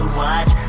watch